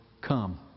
come